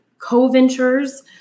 co-ventures